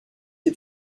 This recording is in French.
les